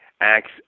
acts